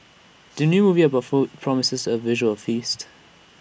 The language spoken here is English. the new movie about food promises A visual feast